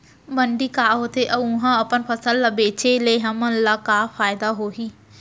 मंडी का होथे अऊ उहा अपन फसल ला बेचे ले हमन ला का फायदा होही?